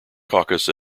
caucus